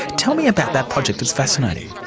tell me about that project, it's fascinating.